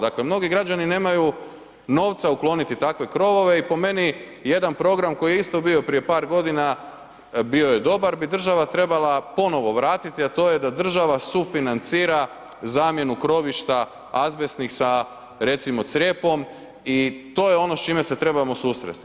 Dakle, mnogi građani nemaju novca ukloniti takve krovove i po meni jedan program koji je isto bio prije par godina bio je dobar, bi država trebala ponovo vratiti, a to je da država sufinancira zamjenu krovišta azbestnih sa recimo crijepom i to je on s čime se trebamo susresti.